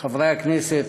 חברי הכנסת,